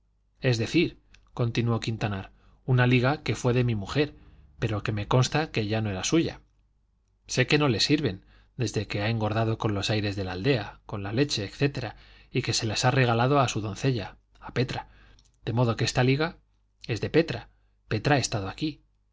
sospechaba nada es decir continuó quintanar una liga que fue de mi mujer pero que me consta que ya no es suya sé que no le sirven desde que ha engordado con los aires de la aldea con la leche etc y que se las ha regalado a su doncella a petra de modo que esta liga es de petra petra ha estado aquí